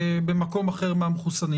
במקום אחר מהמחוסנים.